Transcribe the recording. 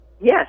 Yes